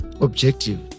objective